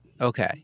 Okay